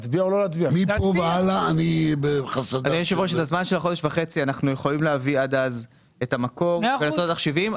בחודש וחצי אנחנו יכולים להביא את המקור ולעשות את התחשיבים,